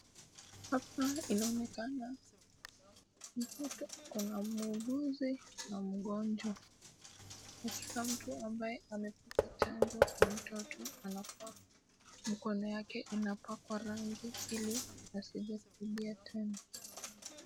Hapa inaonekana ni kama kuna muuguzi na mgonjwa na kila mtu ambaye amepata chanjo kwa mtoto anafaa mkono yake inapakwa rangi ili asije kurudia tena.